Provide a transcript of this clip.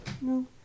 No